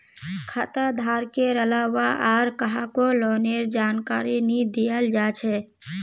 खाता धारकेर अलावा आर काहको लोनेर जानकारी नी दियाल जा छे